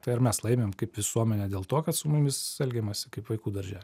tai ar mes laimim kaip visuomenė dėl to kad su mumis elgiamasi kaip vaikų darže